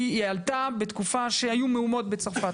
היא עלתה בתקופה שהיו מהומות בצרפת.